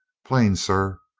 plain, sir.